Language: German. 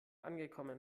angekommen